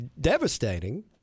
devastating